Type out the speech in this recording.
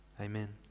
Amen